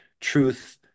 truth